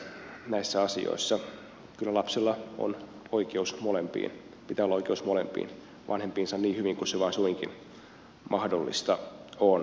kyllä lapsella pitää olla oikeus molempiin vanhempiinsa niin hyvin kuin se vain suinkin mahdollista on